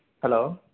hello